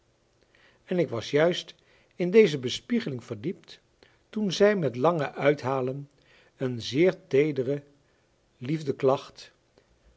en ik was juist in deze bespiegeling verdiept toen zij met lange uithalen een zeer